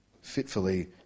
fitfully